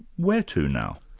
where to now?